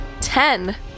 ten